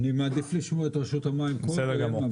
אני מעדיף לשמוע את רשות המים קודם,